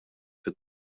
fit